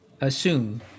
assume